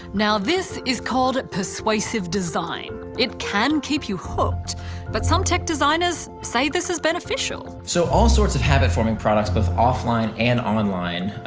now this is called persuasive design. it can keep you hooked but some tech designers say this is beneficial. so all sorts of habit forming products both offline and online,